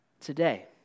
today